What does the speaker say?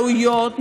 וראויות,